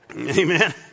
Amen